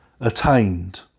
attained